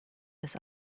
des